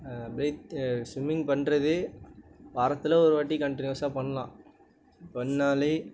breath swimming பண்ணுறது வாரத்தில் ஒரு வாட்டி கண்டினியூஸாக பண்ணலாம் பண்ணாலே